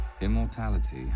Immortality